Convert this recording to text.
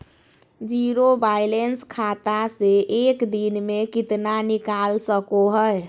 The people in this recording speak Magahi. जीरो बायलैंस खाता से एक दिन में कितना निकाल सको है?